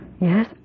Yes